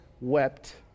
wept